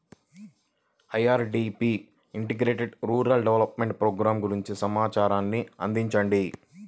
IRDP integrated rural development programme గురించి సమాచారాన్ని అందించండి?